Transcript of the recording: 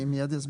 אני מיד אסביר.